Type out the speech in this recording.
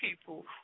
people